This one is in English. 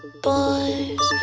boys,